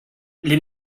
les